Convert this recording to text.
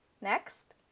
Next